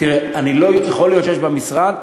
תראה, יכול להיות שיש במשרד.